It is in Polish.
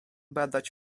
badać